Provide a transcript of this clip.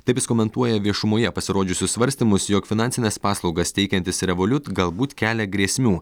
taip jis komentuoja viešumoje pasirodžiusius svarstymus jog finansines paslaugas teikiantis revoliut galbūt kelia grėsmių